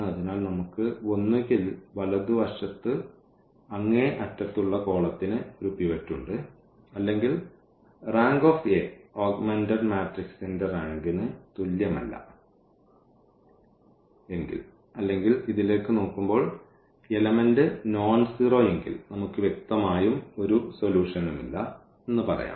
അതിനാൽ നമുക്ക് ഒന്നുകിൽ വലതുവശത്തു അങ്ങേ അറ്റത്തുള്ള കോളത്തിന് ഒരു പിവറ്റ് ഉണ്ട് അല്ലെങ്കിൽ റാങ്ക് ആഗ്മെന്റഡ് മാട്രിക്സിന്റെ റാങ്കിന് തുല്യമല്ല എങ്കിൽ അല്ലെങ്കിൽ ഇതിലേക്ക് നോക്കുമ്പോൾ എലെമെന്റ് നോൺ സീറോ എങ്കിൽ നമുക്ക് വ്യക്തമായും ഒരു സൊല്യൂഷനുമില്ല എന്ന് പറയാം